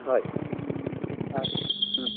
হয় মুখা